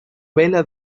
vela